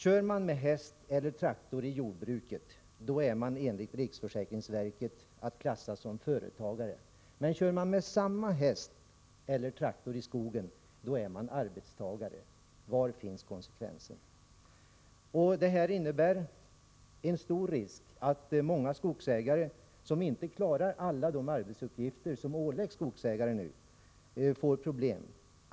Kör man med häst eller traktor i jordbruket är man enligt riksförsäkringsverket att klassa som företagare, men kör man med samma häst eller traktor i skogen är man arbetstagare. Var finns konsekvensen? Det här innebär en stor risk att många skogsägare som inte klarar alla de arbetsuppgifter som nu åläggs skogsägare får problem.